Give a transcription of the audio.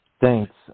Thanks